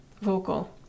vocal